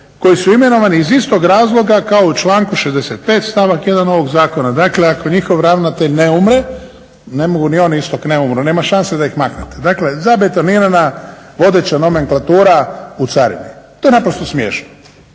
koji su imenovani iz istog razloga kao u članku 65. stavak 1. ovog zakona, dakle ako njihov ravnatelj ne umre ne mogu ni oni isto dok ne umru, nema šanse da ih maknete. Dakle zabetonirana vodeća nomenklatura u carini. To je naprosto smiješno.